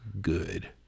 good